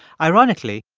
ironically,